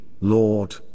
Lord